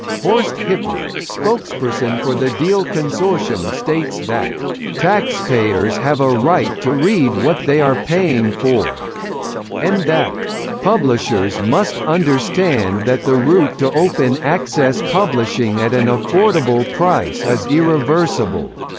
horst hippler, spokesperson for the deal consortium states that taxpayers have a right to read what they are paying for and that publishers must understand that the route to open-access publishing at an affordable price is irreversible.